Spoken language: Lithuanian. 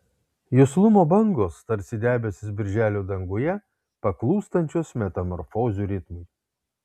juslumo bangos tarsi debesys birželio danguje paklūstančios metamorfozių ritmui